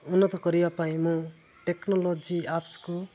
ଉନ୍ନତ କରିବା ପାଇଁ ମୁଁ ଟେକ୍ନୋଲୋଜି ଆପ୍ସକୁ